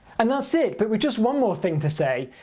and that's it! but with just one more thing to say.